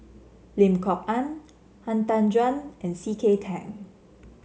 Lim Kok Ann Han Tan Juan and C K Tang